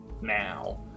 now